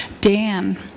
Dan